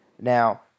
Now